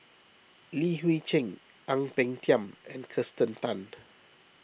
Li Hui Cheng Ang Peng Tiam and Kirsten Tan